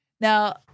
Now